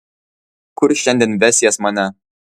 kur šiandien vesies mane